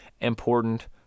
important